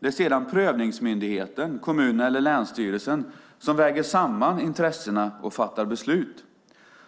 Det är sedan prövningsmyndigheten - kommunen eller länsstyrelsen - som väger samman intressena och fattar beslut.